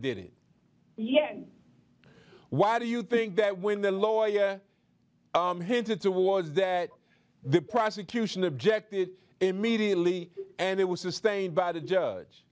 did yes why do you think that when the lawyer hinted towards that the prosecution objected immediately and it was sustained by the judge